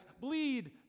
bleed